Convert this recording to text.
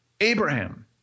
Abraham